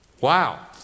Wow